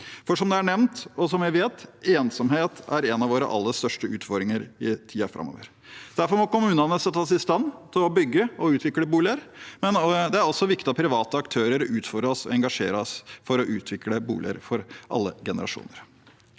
for som det er nevnt, og som jeg vet: Ensomhet er en av våre aller største utfordringer i tiden framover. Derfor må kommunene settes i stand til å bygge og utvikle boliger. Det er også viktig at private aktører utfordres og engasjeres for å utvikle boliger for alle generasjoner.